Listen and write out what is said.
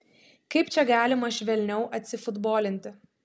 kaip čia galima švelniau atsifutbolinti